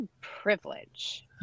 privilege